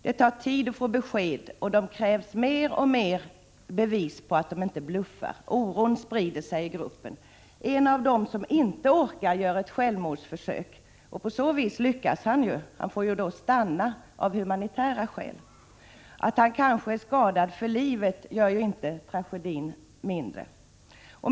Det tar tid att få besked, och det avkrävs mer och mer bevis på att de inte bluffar. Oron sprider sig i gruppen. En av dem som inte orkar gör ett självmordsförsök. På så vis lyckas han. Han får ju stanna av humanitära skäl. Att han kanske skadats för livet gör ju inte tragedin mindre.